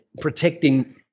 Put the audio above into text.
protecting